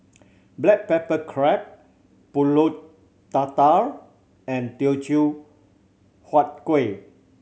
black pepper crab Pulut Tatal and Teochew Huat Kuih